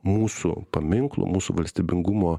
mūsų paminklų mūsų valstybingumo